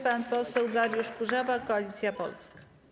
Pan poseł Dariusz Kurzawa, Koalicja Polska.